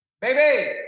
baby